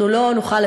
אנחנו לא נוכל,